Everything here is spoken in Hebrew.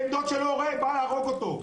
בן דוד שלו בא להרוג אותו.